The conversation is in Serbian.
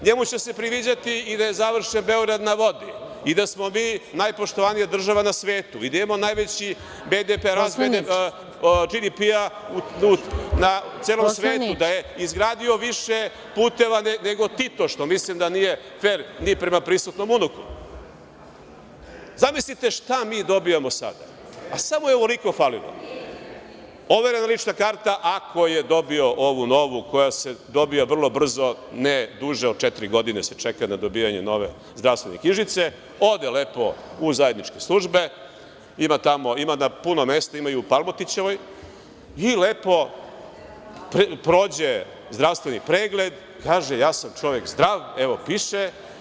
NJemu će se priviđati i da je završen „Beograd na vodi“, da smo mi najpoštovanija država na svetu, da imamo najveći najveći BDP razvoj na celom svetu, da je izgradio više puteva nego Tito, što mislim da nije fer ni prema prisutnom unuku… (Predsednik: Poslaniče!) Zamislite šta mi dobijamo sada, a samo je ovoliko falilo – overena lična karta, ako je dobiju, ovu novu, koja se dobija vrlo brzo, ne duže od četiri godine se čeka na dobijanje nove zdravstvene knjižice, ode lepo u zajedničke službe, ima na puno mesta, ima i u Palmotićevoj, i lepo prođe zdravstveni pregled, kaže, ja sam čovek zdrav, evo, piše.